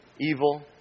evil